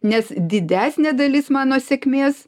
nes didesnė dalis mano sėkmės